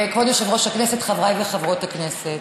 כבוד יושב-ראש הישיבה, חברי וחברות הכנסת,